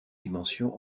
dimension